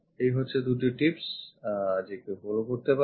এই হচ্ছে দুটি tips যা কেউ follow করতে পারে